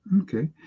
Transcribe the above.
Okay